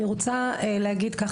אני רוצה להגיד ככה,